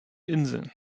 inseln